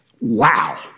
Wow